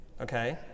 okay